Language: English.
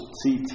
see